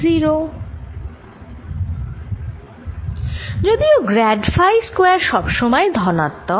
যদিও grad phi square সব সময়েই ধনাত্মক